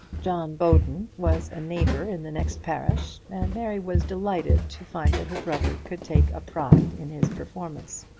john bowden was a neighbour in the next parish, and mary was delighted to find that her brother could take a pride in his performance.